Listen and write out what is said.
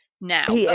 now